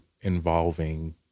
involving